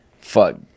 Fuck